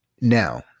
Now